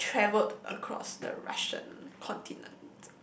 I travelled across the Russian continent